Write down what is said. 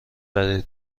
برای